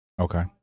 Okay